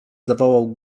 zawołał